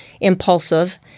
impulsive